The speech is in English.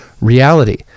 reality